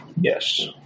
Yes